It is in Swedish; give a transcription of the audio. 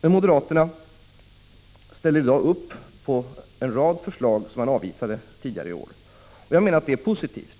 Men de ställer i dag upp på en rad förslag som de avvisat tidigare i år. Jag menar att det är positivt,